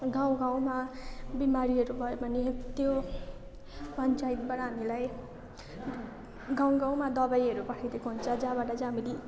गाउँगाउँमा बिमारीहरू भयो भने त्यो पञ्चायतबाट हामीलाई गाउँगाउँमा दबाईहरू पठाइदिएको हुन्छ जहाँबाट चाहिँ हामी